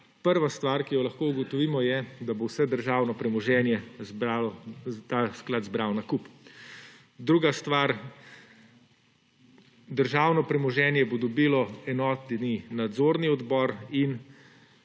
Prva stvar, ki jo lahko ugotovimo je, da bo vse državno premoženje ta sklad zbral na kup. Druga stvar, državno premoženje bo dobilo enotni nadzorni odbor in